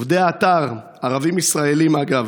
עובדי האתר, ערבים ישראלים, אגב,